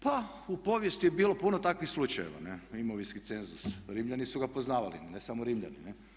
Pa u povijesti je bilo puno takvih slučajeva, imovinski cenzus, Rimljani su ga poznavali, ne samo Rimljani.